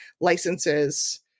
licenses